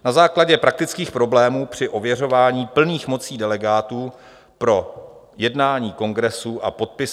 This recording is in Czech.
Na základě praktických problémů při ověřování plných mocí delegátů pro jednání kongresu a podpis